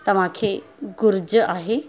तव्हांखे घुरिज आहे